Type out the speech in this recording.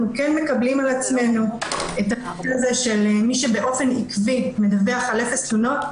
אנחנו כן מקבלים על עצמנו את הכלל שמי שבאופן עקבי מדווח על אפס תלונות,